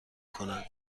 کند